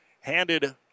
handed